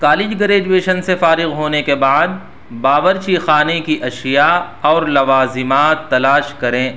college graduation سے فارغ ہونے کے بعد باورچی خانے کی اشیاء اور لوازمات تلاش کریں